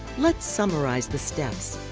let's summarize the steps.